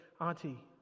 auntie